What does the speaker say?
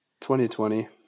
2020